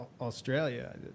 australia